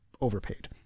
overpaid